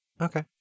Okay